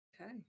Okay